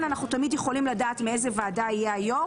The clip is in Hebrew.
אנחנו תמיד יכולים לדעת מאיזה ועדה יהיה היושב ראש.